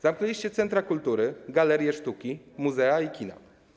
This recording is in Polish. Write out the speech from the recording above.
Zamknęliście centra kultury, galerie sztuki, muzea i kina.